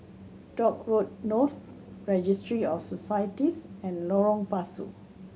Dock Road North Registry of Societies and Lorong Pasu